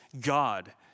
God